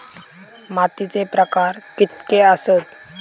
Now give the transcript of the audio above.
मातीचे प्रकार कितके आसत?